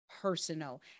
personal